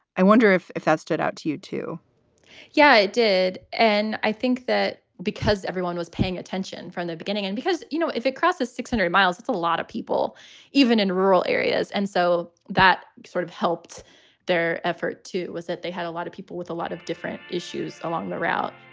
i wonder if if that stood out to you, too yeah, it did. and i think that because everyone was paying attention from the beginning and because, you know, if it crosses six hundred miles, it's a lot of people even in rural areas. and so that sort of helped their effort to it was that they had a lot of people with a lot of different issues along the route